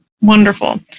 Wonderful